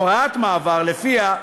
שלפיה,